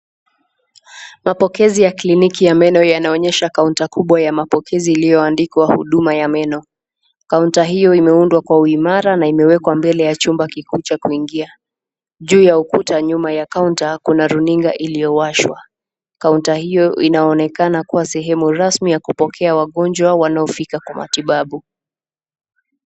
Mapokezi ya kliniki ya meno yanaonyesha counter kubwa ya mapokezi ilioandikwa huduma ya meno. counter hiyo imeundwa kwa uimara imewekwa mbele ya chumba kikubwa cha kuingia. Juu ya ukuta nyuma ya counter kuna runinga iliyowashwa. counter hiyo inaonekana sehemu rasmi ya kupokea wagonjwa wanaofika kwa matibabu.